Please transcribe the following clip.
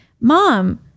Mom